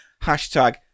hashtag